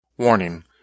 Warning